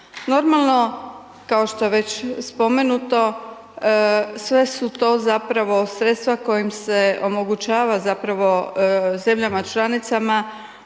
Normalno kao što je već spomenuto sve su to zapravo sredstva kojim se omogućava zapravo zemljama članicama,